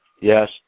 Yes